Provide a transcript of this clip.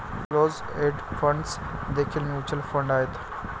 closed end funds देखील mutual fund आहेत